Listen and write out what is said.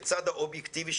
לצד האובייקטיבי,